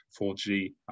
4G